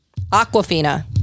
Aquafina